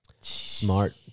Smart